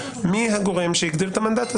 חלק מהאנשים שהשתתפו באירועי שומר החומות,